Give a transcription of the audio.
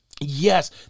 Yes